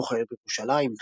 הבחר בירושלם".